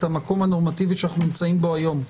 המקום הנורמטיבי שאנחנו נמצאים בו היום.